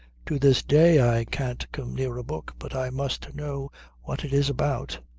to this day i can't come near a book but i must know what it is about.